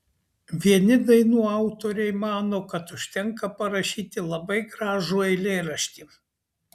vieni dainų autoriai mano kad užtenka parašyti labai gražų eilėraštį